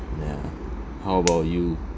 yeah how about you